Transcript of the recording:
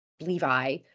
Levi